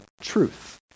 truth